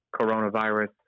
coronavirus